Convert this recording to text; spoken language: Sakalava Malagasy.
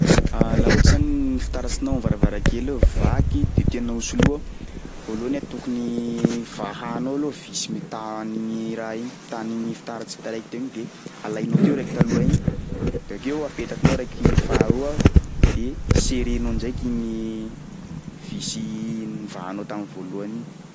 Laha ohatsy zany fitaratsinao am'varavarankely eo vaky de tianao ho soloa, voalohany a tokony vahanao aloha visy mità an'igny raha igny, mità an'igny fitaratry taraiky teo igny de alainao teo raiky taloha igny bakeo apetakinao raiky faharoa de serrenao ndraiky igny visy nivahanao tam'voalohany igny.